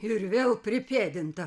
ir vėl pripėdinta